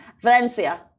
Valencia